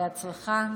בהצלחה.